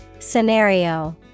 Scenario